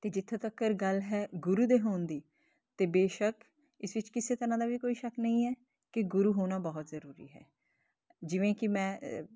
ਅਤੇ ਜਿੱਥੋਂ ਤੱਕਰ ਗੱਲ ਹੈ ਗੁਰੂ ਦੇ ਹੋਣ ਦੀ ਤਾਂ ਬੇਸ਼ੱਕ ਇਸ ਵਿੱਚ ਕਿਸੇ ਤਰ੍ਹਾਂ ਦਾ ਵੀ ਕੋਈ ਸ਼ੱਕ ਨਹੀਂ ਹੈ ਕਿ ਗੁਰੂ ਹੋਣਾ ਬਹੁਤ ਜ਼ਰੂਰੀ ਹੈ ਜਿਵੇਂ ਕਿ ਮੈਂ